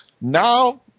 Now